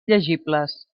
llegibles